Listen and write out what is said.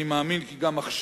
אני מאמין כי גם עכשיו,